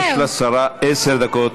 חברות, יש לשרה עשר דקות.